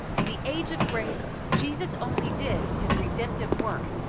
in the age of grace, jesus only did his redemptive work.